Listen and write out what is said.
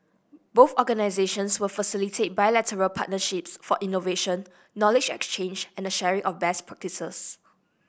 both organisations will facilitate bilateral partnerships for innovation knowledge exchange and the sharing of best practices